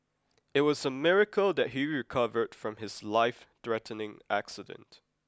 it was a miracle that he recovered from his lifethreatening accident